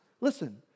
Listen